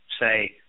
say